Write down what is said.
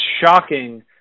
shocking